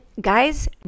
guys